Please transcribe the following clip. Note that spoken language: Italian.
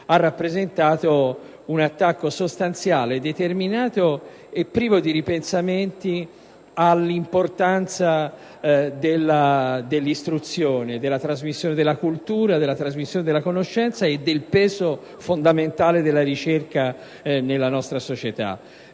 ha rappresentato un attacco sostanziale, determinato e privo di ripensamenti all'importanza dell'istruzione, della trasmissione della cultura, della trasmissione della conoscenza e del peso fondamentale della ricerca nella nostra società.